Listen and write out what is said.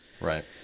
right